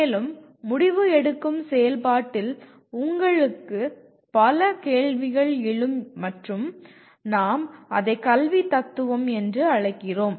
மேலும் முடிவு எடுக்கும் செயல்பாட்டில் உங்களுக்கு பல கேள்விகள் எழும் மற்றும் நாம் அதை கல்வி தத்துவம்" என்று அழைக்கிறோம்